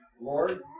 Lord